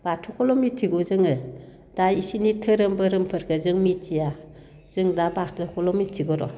बाथौखौल' मिथिगौ जोङो दा बिसोरनि धोरोम बोरोमफोरखौ जों मिथिया जों दा बाथौखौल' मिथिगौर'